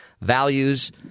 values